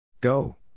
Go